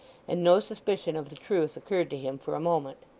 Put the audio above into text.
and no suspicion of the truth occurred to him for a moment.